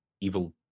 evil